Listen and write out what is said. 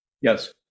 Yes